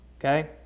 Okay